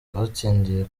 abatsindiye